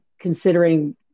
considering